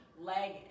leg